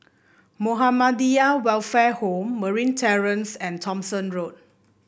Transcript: Muhammadiyah Welfare Home Marine Terrace and Thomson Road